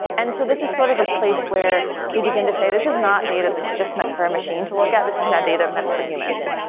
and so this is sort of the place where we begin to say this is not data that's just meant for a machine to look at. this is now data meant for humans.